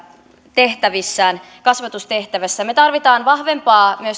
tehtävissään kasvatustehtävässä me tarvitsemme myöskin vahvempaa